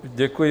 Děkuji.